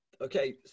Okay